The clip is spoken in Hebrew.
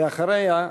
ואחריה,